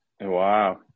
Wow